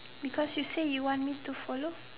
because you said you want me to follow